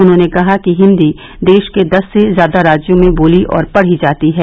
उन्होंने कहा कि हिन्दी देश के दस से ज्यादा राज्यों में बोली और पढ़ी जाती है